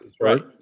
Right